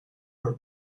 her